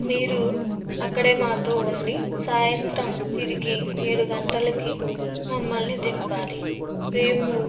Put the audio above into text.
మీరు అక్కడే మాతో ఉండి సాయంత్రం తిరిగి ఏడు గంటలకి మమ్మల్ని దింపాలి రేపు